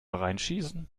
reinschießen